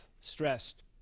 stressed